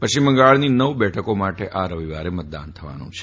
પશ્ચિમ બંગાળની નવ બેઠકો માટે આ રવિવારે મતદાન થવાનું છે